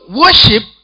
worship